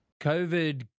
COVID